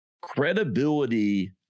credibility